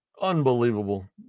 Unbelievable